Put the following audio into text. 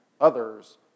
Others